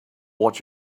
what